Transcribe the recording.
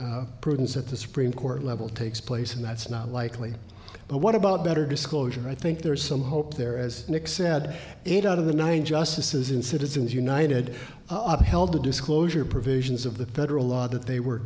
at the supreme court level takes place and that's not likely but what about better disclosure i think there is some hope there as nick said eight out of the nine justices in citizens united up held the disclosure provisions of the federal law that they were